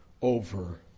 Over